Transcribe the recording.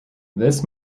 this